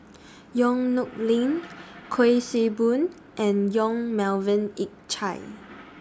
Yong Nyuk Lin Kuik Swee Boon and Yong Melvin Yik Chye